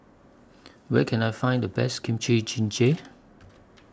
Where Can I Find The Best Kimchi Jjigae